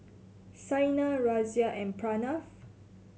Saina Razia and Pranav